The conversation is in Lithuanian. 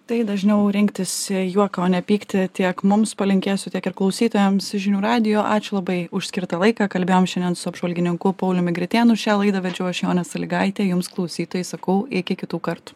tai dažniau rinktis juoką o ne pyktį tiek mums palinkėsiu tiek ir klausytojams žinių radijo ačiū labai už skirtą laiką kalbėjom šiandien su apžvalgininku pauliumi gritėnu šią laidą vedžiau aš jonė salygaitė jums klausytojai sakau iki kitų kartų